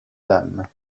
dames